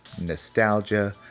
nostalgia